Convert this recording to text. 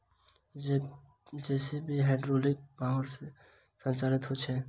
JCB hydraulic power सॅ संचालित होइत छै